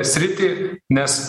sritį nes